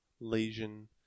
lesion